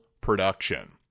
production